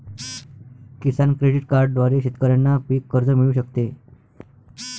किसान credit कार्डद्वारे शेतकऱ्यांना पीक कर्ज मिळू शकते